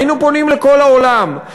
היינו פונים לכל העולם.